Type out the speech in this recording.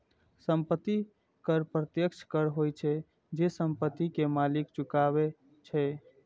संपत्ति कर प्रत्यक्ष कर होइ छै, जे संपत्ति के मालिक चुकाबै छै